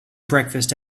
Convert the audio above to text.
breakfast